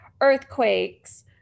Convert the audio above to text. earthquakes